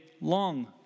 long